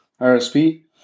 RSP